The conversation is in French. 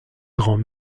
grand